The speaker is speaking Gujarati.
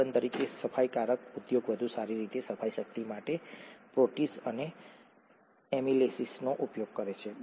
ઉદાહરણ તરીકે સફાઈકારક ઉદ્યોગ વધુ સારી રીતે સફાઈ શક્તિ માટે પ્રોટીઝ અને એમિલેસિસનો ઉપયોગ કરે છે